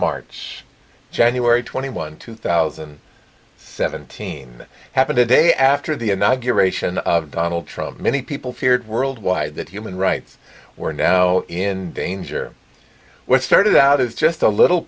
march january twenty one two thousand and seventeen happened a day after the inauguration of donald trump many people feared worldwide that human rights were now in danger what started out as just a little